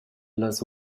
las